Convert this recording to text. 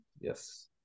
Yes